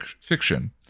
fiction